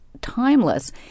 timeless